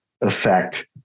effect